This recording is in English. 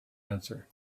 answer